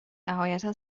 نهایتا